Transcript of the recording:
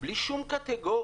בלי שום קטגוריה